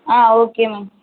ah okay ma'am